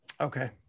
Okay